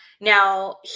Now